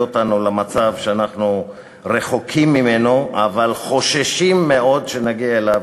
אותנו למצב שאנחנו רחוקים ממנו אבל חוששים מאוד שנגיע אליו,